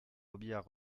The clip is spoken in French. robiliard